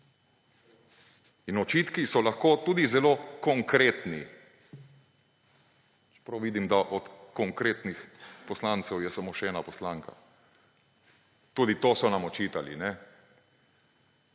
In očitki so lahko tudi zelo konkretni. Čeprav vidim, da je od konkretnih poslancev, samo še ena poslanka. Tudi to so nam očitali,